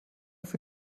für